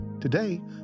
today